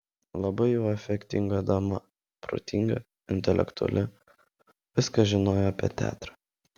labai jau efektinga dama protinga intelektuali viską žinojo apie teatrą